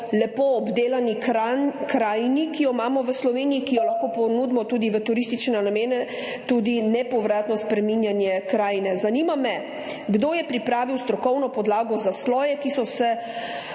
lepo obdelani krajini, ki jo imamo v Sloveniji, ki jo lahko ponudimo tudi v turistične namene, tudi nepovratno spreminjanje krajine. Zanima me: Kdo je pripravil strokovno podlago za sloje, ki so